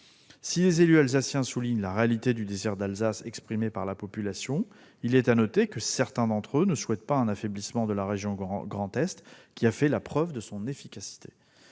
Si des élus alsaciens soulignent la réalité du « désir d'Alsace » exprimé par la population, il est à noter que certains d'entre eux ne souhaitent pas un affaiblissement de la région Grand Est, qui a fait la preuve de son efficacité.